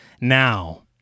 Now